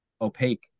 opaque